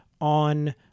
on